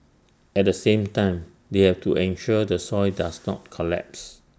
at the same time they have to ensure the soil does not collapse